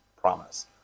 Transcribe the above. promise